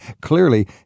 clearly